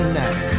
neck